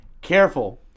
Careful